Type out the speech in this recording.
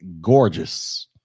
gorgeous